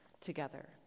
together